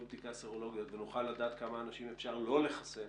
בדיקה סרולוגיות ונוכל לדעת כמה אנשים אפשר לא לחסן,